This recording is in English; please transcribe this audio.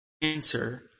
answer